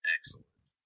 Excellent